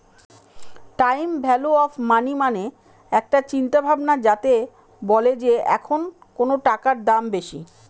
time value of money মানে একটা চিন্তা ভাবনা যাতে বলে যে এখন কোনো টাকার দাম বেশি